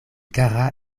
kara